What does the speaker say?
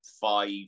five